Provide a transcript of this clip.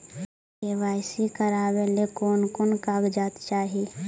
KYC करावे ले कोन कोन कागजात चाही?